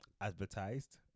advertised